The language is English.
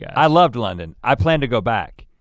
yeah i loved london. i plan to go back.